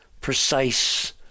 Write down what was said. precise